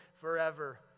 forever